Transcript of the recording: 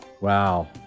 Wow